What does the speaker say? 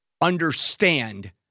understand